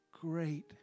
great